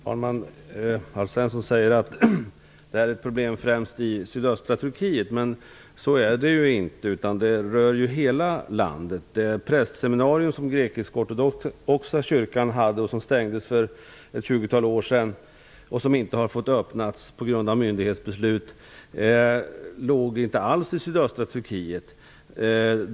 Fru talman! Alf Svensson säger att detta är ett problem främst i sydöstra Turkiet, men så är det ju inte. Det rör hela landet. Det prästseminarium som grekisk-ortodoxa kyrkan hade och som stängdes för ett 20-tal år sedan har inte har fått öppnas på grund av myndighetsbeslut. Prästseminariet låg inte i sydöstra Turkiet.